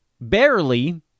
Barely